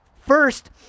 First